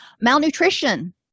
Malnutrition